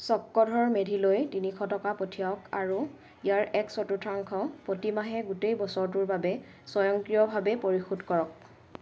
চক্ৰধৰ মেধিলৈ তিনিশ টকা পঠিয়াওক আৰু ইয়াৰ এক চতুৰ্থাংশ প্ৰতিমাহে গোটেই বছৰটোৰ বাবে স্বয়ংক্ৰিয়ভাৱে পৰিশোধ কৰক